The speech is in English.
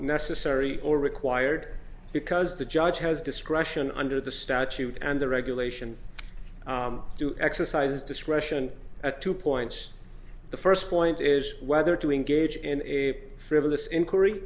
necessary or required because the judge has discretion under the statute and the regulation to exercise discretion at two points the first point is whether to engage in a frivolous inquiry